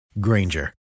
Granger